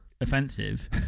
offensive